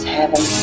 Heaven